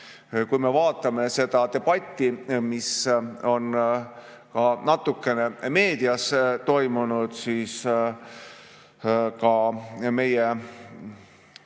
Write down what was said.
Kui me vaatame seda debatti, mida on ka natukene meedias toimunud, siis näeme,